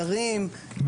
אתרים,